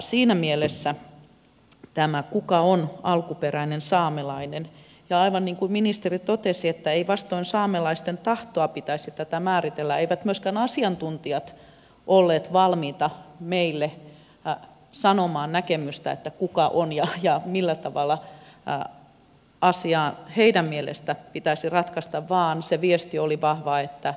siinä mielessä tämä on olennainen kysymys kuka on alkuperäinen saamelainen ja aivan niin kuin ministeri totesi ei vastoin saamelaisten tahtoa pitäisi tätä määritellä eivätkä myöskään asiantuntijat olleet valmiita meille sanomaan näkemystä siitä kuka on ja millä tavalla asia heidän mielestään pitäisi ratkaista vaan se viesti oli vahva että yhteisymmärryksessä pitää toimia